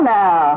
now